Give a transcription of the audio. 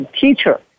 teacher